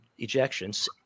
ejections